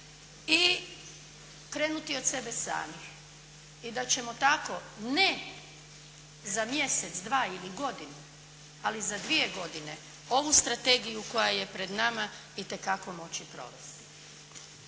i krenuti od sebe samih i da ćemo tako ne za mjesec, dva ili godinu, ali za dvije godine ovu strategiju koja je pred nama itekako moći provesti.